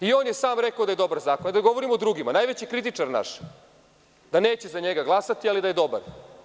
I on je sam rekao da je dobar zakon, ada govorimo o drugima, naš najveći kritičar, da neće za njega glasati ali da je dobar.